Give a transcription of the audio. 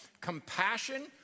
compassion